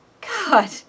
God